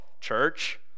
church